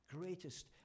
greatest